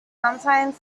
sometimes